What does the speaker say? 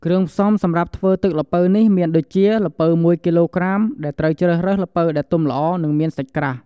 គ្រឿងផ្សំសម្រាប់់ធ្វើទឹកល្ពៅនេះមានដូចជា ល្ពៅ ១ គីឡូក្រាម ដែលត្រូវជ្រើសរើសល្ពៅដែលទុំល្អ និងមានសាច់ក្រាស់។